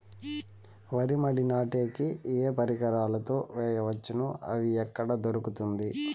వరి మడి నాటే కి ఏ పరికరాలు తో వేయవచ్చును అవి ఎక్కడ దొరుకుతుంది?